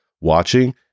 watching